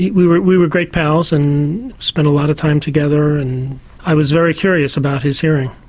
yeah we were we were great pals and spent a lot of time together and i was very curious about his hearing.